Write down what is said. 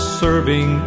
serving